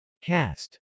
Cast